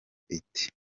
ite